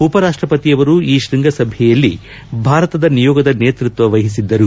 ಉಪರಾಪ್ಪಪತಿಯವರು ಈ ಶೃಂಗಸಭೆಯಲ್ಲಿ ಭಾರತದ ನಿಯೋಗದ ನೇತೃತ್ವ ವಹಿಸಿದ್ದರು